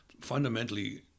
fundamentally